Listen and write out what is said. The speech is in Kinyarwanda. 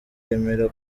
remera